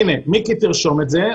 הנה מיקי תרשום את זה,